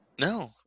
no